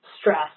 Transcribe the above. stress